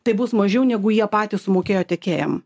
tai bus mažiau negu jie patys sumokėjo tiekėjam